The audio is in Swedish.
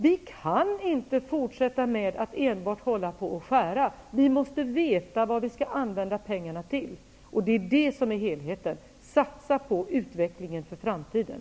Vi kan inte fortsätta att enbart skära. Vi måste veta vad vi skall använda pengarna till. Det är helheten. Satsa på utvecklingen för framtiden!